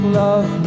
love